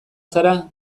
zara